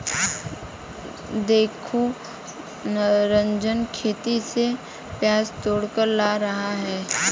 देखो निरंजन खेत से प्याज तोड़कर ला रहा है